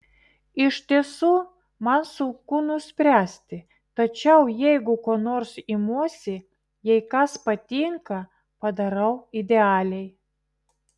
iš tiesų man sunku nuspręsti tačiau jeigu ko nors imuosi jei kas patinka padarau idealiai